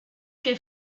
que